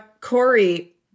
Corey